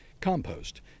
compost